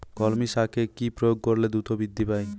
কলমি শাকে কি প্রয়োগ করলে দ্রুত বৃদ্ধি পায়?